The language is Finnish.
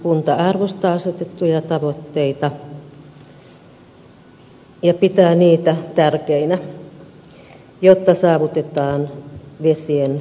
ympäristövaliokunta arvostaa asetettuja tavoitteita ja pitää niitä tärkeinä jotta saavutetaan vesien hyvä tila